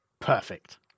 Perfect